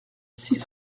six